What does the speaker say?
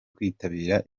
kwitabira